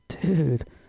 Dude